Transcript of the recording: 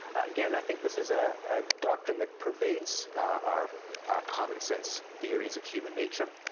again, i think this is a doctrine that pervades our common sense theories of human nature.